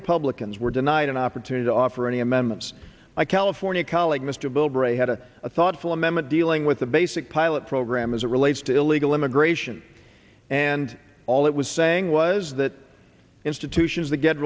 republicans were denied an opportunity to offer any amendments by california colleague mr bilbray had a thoughtful amendment dealing with the basic pilot program as it relates to illegal immigration and all it was saying was that institutions to get